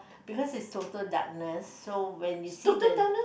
because it's total darkness so when you see the